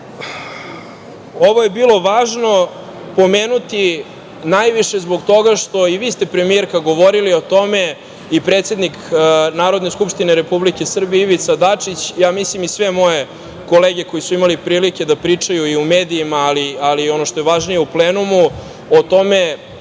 ovo je bilo važno pomenuti najviše zbog toga što, i vi ste, premijerka, govorili o teme, i predsednik Narodne skupštine Republike Srbije, Ivica Dačić, ja mislim i sve moje kolege koje su imale priliku da pričaju i u medijima, ali i ono što je važnije, u plenumu, o tome